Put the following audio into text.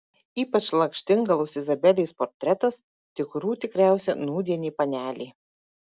ypač lakštingalos izabelės portretas tikrų tikriausia nūdienė panelė